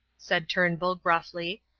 said turnbull, gruffly.